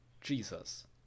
Jesus